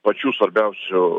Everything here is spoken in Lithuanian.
pačių svarbiausių